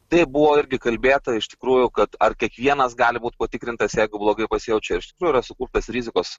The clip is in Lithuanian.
taip buvo irgi kalbėta iš tikrųjų kad ar kiekvienas gali būt patikrintas jeigu blogai pasijaučia ir iš tikrųjų yra sukurtas rizikos